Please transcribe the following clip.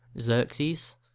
Xerxes